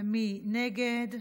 ומי נגד?